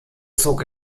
zog